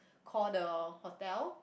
call the hotel